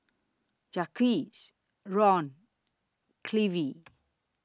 Jacques Ron Clevie